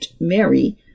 Mary